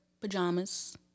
pajamas